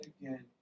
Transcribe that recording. again